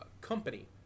company